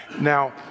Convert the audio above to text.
Now